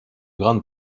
grande